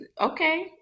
okay